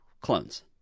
clones